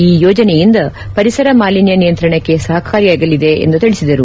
ಈ ಯೋಜನೆಯಿಂದ ಪರಿಸರ ಮಾಲಿನ್ಯ ನಿಯಂತ್ರಣಕ್ಕೆ ಸಹಕಾರಿಯಾಗಲಿದೆ ಎಂದು ತಿಳಿಸಿದರು